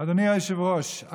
אדוני היושב-ראש,